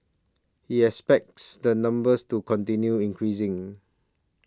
he expects the numbers to continue increasing